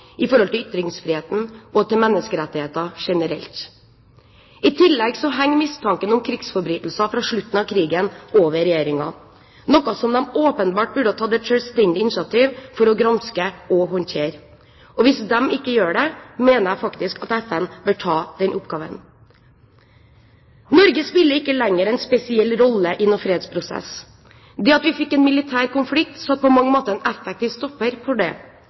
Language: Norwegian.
ytringsfriheten og menneskerettigheter generelt. I tillegg henger mistanken om krigsforbrytelser fra slutten av krigen over regjeringen, noe som de åpenbart burde tatt et selvstendig initiativ for å granske og håndtere. Hvis de ikke gjør det, mener jeg faktisk at FN bør ta den oppgaven. Norge spiller ikke lenger en spesiell rolle i noen fredsprosess. Det at vi fikk en militær konflikt, satte på mange måter en effektiv stopper for det.